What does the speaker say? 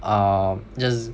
um just